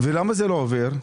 למה זה לא עובר?